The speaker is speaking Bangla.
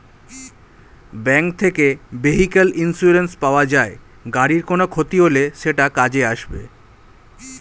ব্যাঙ্ক থেকে ভেহিক্যাল ইন্সুরেন্স পাওয়া যায়, গাড়ির কোনো ক্ষতি হলে সেটা কাজে আসবে